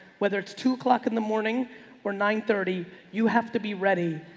whether it's two o'clock in the morning or nine thirty you have to be ready,